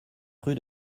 rue